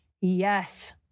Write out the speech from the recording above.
Yes